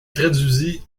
traduisit